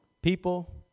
People